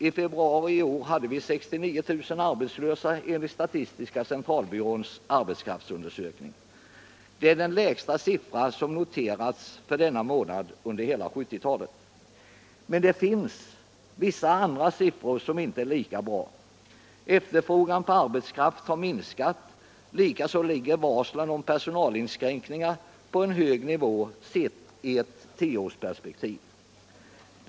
I februari i år hade vi 69 000 arbetslösa enligt statistiska centralbyråns arbetskraftsundersökning. Det är den lägsta siffra som noterats för denna månad under hela 1970-talet. Men det finns vissa andra siffror som inte är lika bra. Efterfrågan på arbetskraft har minskat. Likaså ligger antalet varsel om personalinskränkningar på en hög nivå sett i ett tioårsperspektiv.